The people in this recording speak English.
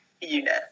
unit